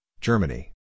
Germany